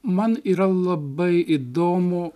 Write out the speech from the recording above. man yra labai įdomu